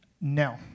No